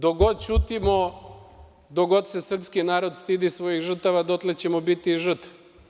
Dok god ćutimo, dok god se srpski narod stidi svojih žrtava, dotle ćemo biti žrtve.